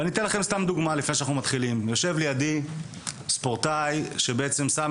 אתן דוגמה לפני שאנחנו מתחילים: יושב לידי ספורטאי ששם